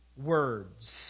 words